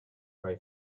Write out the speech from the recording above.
ray